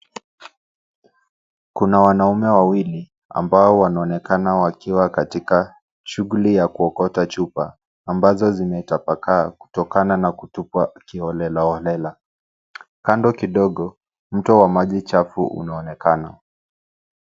Kuna wanaume wawili ambao wanaonekana wakiwa katika shughuli ya kuokota chupa ambazo zimetapakaa kutokana na kutupwa kiholela holela kando kidogo mto wa majichafu unaonekana.